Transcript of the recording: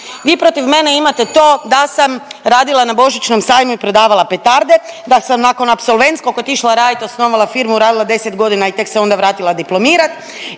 Vi protiv mene imate to da sam radila na božićnom sajmu i prodavala petarde, da sam nakon apsolventskog otišla radit, osnovala firmu, radila 10 godina i tek se onda vratila diplomirat